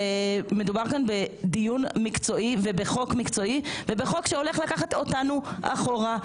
מדובר כאן בדיון מקצועי ובחוק מקצועי ובחוק שהולך לקחת אותנו אחורה.